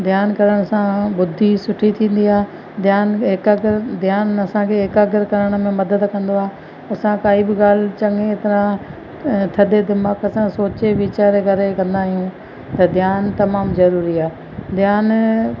ध्यान करण सां बुद्धी सुठी थींदी आहे ध्यानु एकाग्र ध्यानु असांखे एकाग्र करण में मदद कंदो आहे असां काई बि ॻाल्हि चङी तरह थदे दिमाग़ सां सोचे वीचारे करे कंदा आहियूं त ध्यानु तमामु ज़रूरी आहे ध्यानु